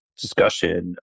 discussion